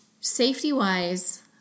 Safety-wise